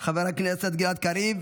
חבר הכנסת גלעד קריב,